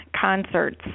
concerts